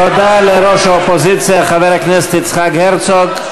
תודה לראש האופוזיציה חבר הכנסת יצחק הרצוג.